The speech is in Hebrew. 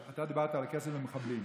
אתה דיברת על כסף למחבלים.